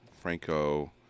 Franco